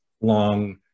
long